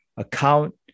account